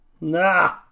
nah